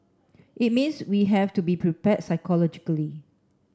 it means we have to be prepared psychologically